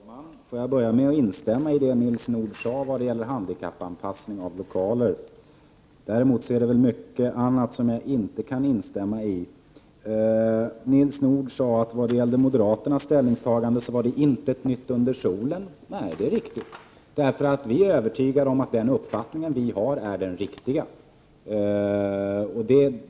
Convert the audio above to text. Herr talman! Får jag börja med att instämma i det Nils Nordh sade vad gäller handikappanpassning av lokaler. Däremot är det mycket annat som jag inte kan instämma i. Nils Nordh sade att det var intet nytt under solen vad gäller moderaternas ställningstagande. Nej, det är riktigt. Vi är övertygade om att den uppfattning vi har är den riktiga.